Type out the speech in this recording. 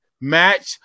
match